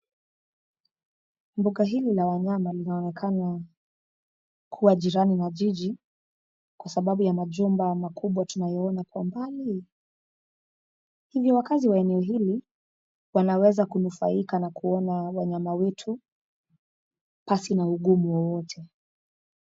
Mbuga hili la wanyama linaonekana kuwa jirani mwa jiji, kwasababu ya majumba makubwa tunayoona kwa mbali, hivyo wakaazi wa eneo hili wanaweza kunufaika na kuona wanyama witu pasi na ugumu wowote.